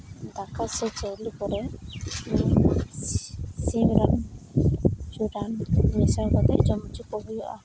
ᱫᱟᱠᱟ ᱥᱮ ᱪᱟᱣᱞᱮ ᱠᱚᱨᱮᱜ ᱥᱤᱢ ᱨᱟᱱ ᱨᱟᱱ ᱢᱮᱥᱟ ᱠᱟᱛᱮᱫ ᱡᱚᱢ ᱦᱚᱪᱚ ᱠᱚ ᱦᱩᱭᱩᱜᱼᱟ